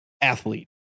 athlete